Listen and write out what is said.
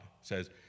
says